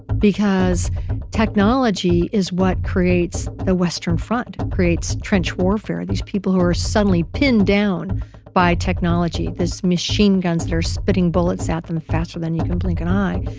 because technology is what creates the western front, creates trench warfare, these people who are suddenly pinned down by technology, these machine guns that are spitting bullets at them faster than you can blink an eye.